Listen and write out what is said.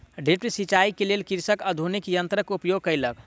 drip सिचाई के लेल कृषक आधुनिक यंत्रक उपयोग केलक